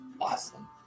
Awesome